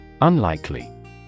Unlikely